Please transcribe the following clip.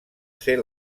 ser